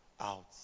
out